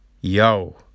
Yo